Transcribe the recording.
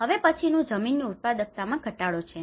હવે પછીનું જમીનની ઉત્પાદકતામાં ઘટાડો છે